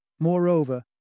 Moreover